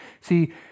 See